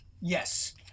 Yes